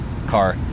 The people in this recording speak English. car